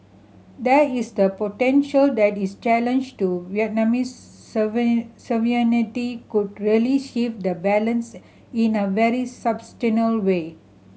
there is the potential that is challenge to Vietnamese sovereignty could really shift that balance in a very way